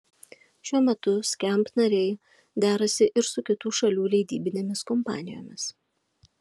šiuo metu skamp nariai derasi ir su kitų šalių leidybinėmis kompanijomis